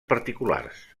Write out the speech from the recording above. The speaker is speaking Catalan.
particulars